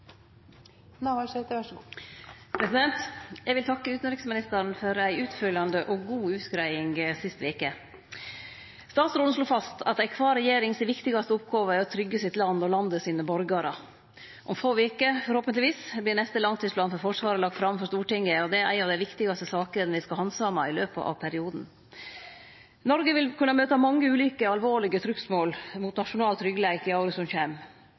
Eg vil takke utanriksministeren for ei utfyllande og god utgreiing sist veke. Utanriksministeren slo fast at den viktigaste oppgåva til alle regjeringar er å tryggje landet sitt og borgarane sine. Om få veker, forhåpentlegvis, vert neste langtidsplan for Forsvaret lagd fram for Stortinget. Det er ei av dei viktigaste sakene me skal handsame i løpet av perioden. Noreg vil kunne møte mange ulike alvorlege trugsmål mot nasjonal tryggleik i åra som kjem.